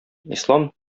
ислам